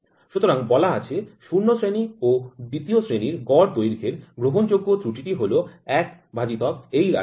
সুতরাং বলা আছে ০ শ্রেণি ও ২ শ্রেণির গড় দৈর্ঘ্যের গ্রহণযোগ্য ত্রুটিটি হল এক দ্বারা বিভক্ত এই রাশিটি